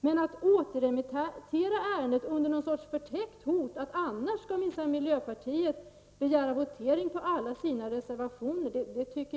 Men att återremittera ärendet under ett förtäckt hot av att annars skall minsann miljöpartiet begära votering på alla sina reservationer .